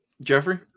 Jeffrey